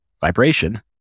vibration